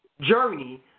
journey